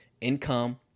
income